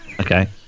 Okay